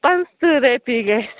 پانٛژھ تٕرٛہ رۄپیہِ گژھِ